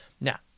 Now